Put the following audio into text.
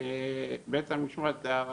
לבית ---.